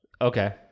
Okay